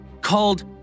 called